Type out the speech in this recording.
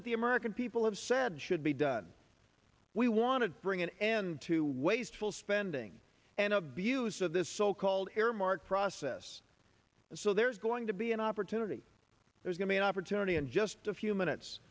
that the american people have said should be done we want to bring an end to wasteful spending and abuse of this so called earmarks process and so there's going to be an opportunity there's going to an opportunity in just a few minutes